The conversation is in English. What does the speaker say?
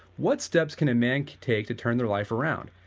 what steps can a man could take to turn their life around?